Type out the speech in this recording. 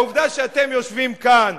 העובדה שאתם יושבים כאן,